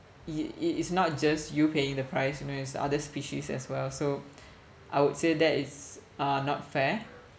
it it is not just you paying the price you know it's other species as well so I would say that is uh not fair